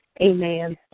amen